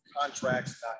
contracts